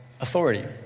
authority